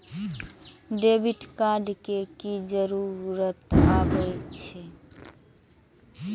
Debit card के की जरूर आवे छै?